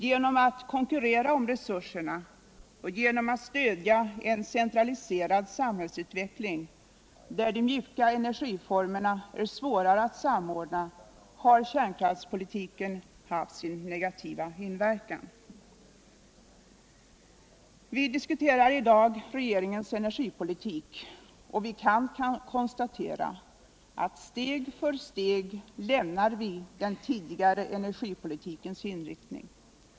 Genom att konkurrera om resurserna och genom ut stödja en centraliserad samhällsutveckling där de ”mjuka” energiformerna är svårare att samordna har kärnkraftspolitiken haft sin negativa inverkan. Vi diskuterar i dag regeringens energipolitik. och vi kan konstatera att steg för steg lämnar vi den tidigare energipolitikens inriktning.